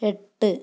എട്ട്